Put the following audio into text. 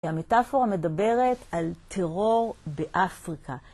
המטאפורה מדברת על טרור באפריקה.